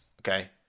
Okay